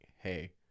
hey